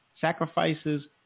sacrifices